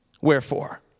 Wherefore